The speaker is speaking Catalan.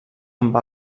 amb